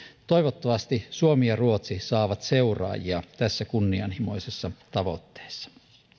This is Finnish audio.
toivottavasti suomi ja ruotsi saavat seuraajia tässä kunnianhimoisessa tavoitteessa